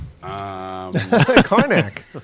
Karnak